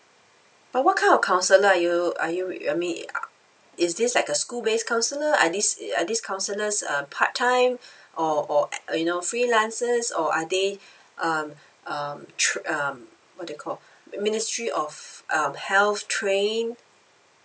but what kind of counsellor are you are you with I mean uh is this like a school base counsellor are these are these counsellors uh part time or or uh you know freelancers or are they um um trai~ um what they call ministry of um health train